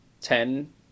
ten